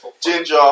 Ginger